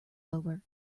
over